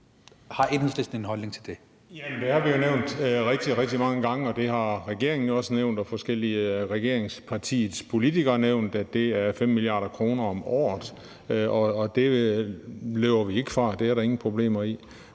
Christian Juhl (EL): Jamen det har vi nævnt rigtig, rigtig mange gange, og regeringen og forskellige af regeringspartiets politikere har jo også nævnt, at det er 5 mia. kr. om året. Og det løber vi ikke fra; det er der ingen problemer i.